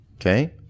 Okay